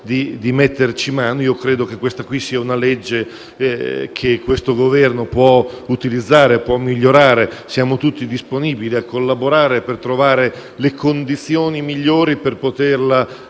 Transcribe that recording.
di metterci mano e credo che quella sia una legge che il Governo può utilizzare e migliorare. Siamo tutti disponibili a collaborare per trovare le condizioni migliori per applicarla